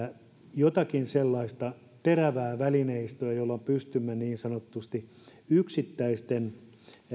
jotakin sellaista terävää välineistöä jolla pystymme yksittäisten